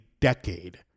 decade